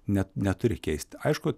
net neturi keist aišku